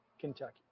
Kentucky